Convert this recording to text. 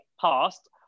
past